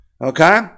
okay